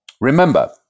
remember